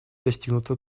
достигнуто